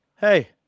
hey